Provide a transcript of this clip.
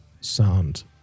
sound